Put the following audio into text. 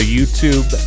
YouTube